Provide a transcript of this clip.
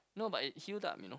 no but it's heal up you know